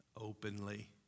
openly